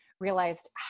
realized